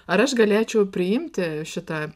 ar aš galėčiau priimti šitą